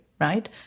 right